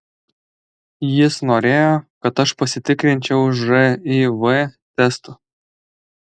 jis norėjo kad aš pasitikrinčiau živ testu